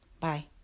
Bye